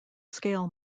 scale